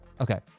Okay